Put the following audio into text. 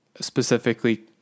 specifically